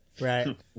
Right